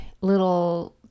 little